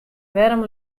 wêrom